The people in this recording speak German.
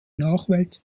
nachwelt